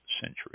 century